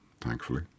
thankfully